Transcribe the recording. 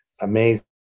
amazing